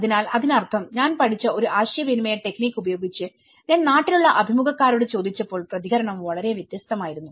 അതിനാൽ അതിനർത്ഥം ഞാൻ പഠിച്ച ഒരു ആശയവിനിമയ ടെക്നിക്ക് ഉപയോഗിച്ച് ഞാൻ നാട്ടിലുള്ള അഭിമുഖക്കാരോട് ചോദിച്ചപ്പോൾ പ്രതികരണം വളരെ വ്യത്യസ്തമായിരുന്നു